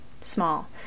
small